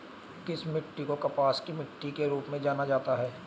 किस मिट्टी को कपास की मिट्टी के रूप में जाना जाता है?